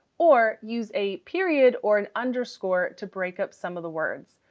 or use a period or and underscore to break up some of the words.